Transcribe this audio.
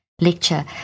lecture